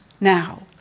now